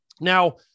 Now